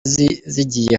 zigiye